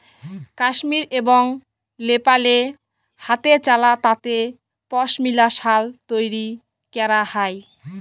কাশ্মীর এবং লেপালে হাতেচালা তাঁতে পশমিলা সাল তৈরি ক্যরা হ্যয়